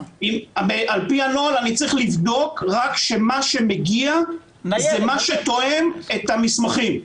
על-פי הנוהל אני צריך לבדוק רק שמה שמגיע זה מה שתואם את המסמכים.